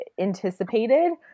anticipated